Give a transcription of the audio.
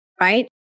right